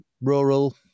rural